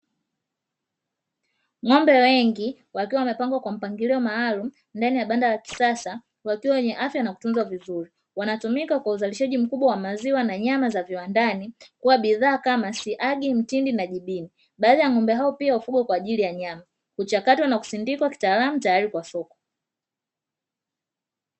Ng'ombe wengi wakiwa wamepangwa kwa mpangilio maalumu ndani ya banda la kisasa, wakiwa wenye afya na kutunzwa vizuri. Wanatumika kwa uzalishaji mkubwa wa maziwa na nyama za viwandani, kuwa bidhaa kama: siagi, mtindi na jibini. Baadhi ya ng'ombe hao pia hufugwa kwa ajili ya nyama; huchakatwa na kisindikwa kitaalamu tayari kwa soko.